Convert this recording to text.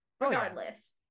regardless